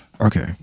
Okay